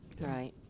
Right